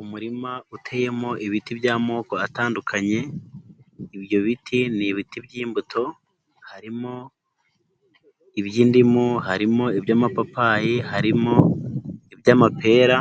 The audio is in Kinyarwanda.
Umurima uteyemo ibiti by'amoko atandukanye, ibyo biti ni ibiti by'imbuto: harimo iby'indimu, harimo iby'amapapayi, harimo iby'amapera,